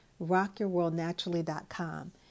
RockYourWorldNaturally.com